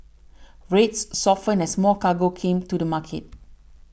rates softened as more cargo came to the market